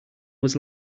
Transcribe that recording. was